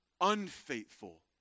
unfaithful